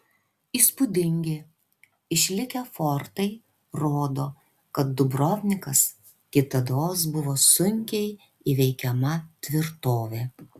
įspūdingi išlikę fortai rodo kad dubrovnikas kitados buvo sunkiai įveikiama tvirtovė